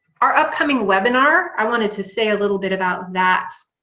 our upcoming webinar i wanted to say a little bit about that